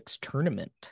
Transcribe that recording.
tournament